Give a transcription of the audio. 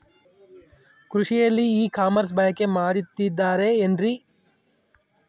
ಕೃಷಿಯಲ್ಲಿ ಇ ಕಾಮರ್ಸನ್ನ ಬಳಕೆ ಮಾಡುತ್ತಿದ್ದಾರೆ ಏನ್ರಿ?